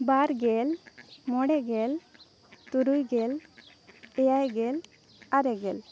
ᱵᱟᱨ ᱜᱮᱞ ᱢᱚᱬᱮ ᱜᱮᱞ ᱛᱩᱨᱩᱭ ᱜᱮᱞ ᱮᱭᱟᱭ ᱜᱮᱞ ᱟᱨᱮ ᱜᱮᱞ